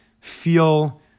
feel